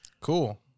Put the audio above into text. Cool